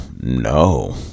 no